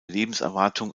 lebenserwartung